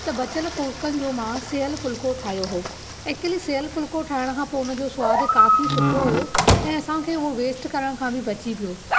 त बचियल फुलिकनि जो मां सेयल फुलिको ठाहियो हो एकचलि सेयल फुलिको ठाहिण खां पोइ हुन जो सवादु काफ़ी सुठो हुयो ऐं असां खे उहो वेस्ट करण खां बि बची पियो